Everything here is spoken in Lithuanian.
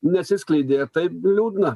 neatsiskleidė tai liūdna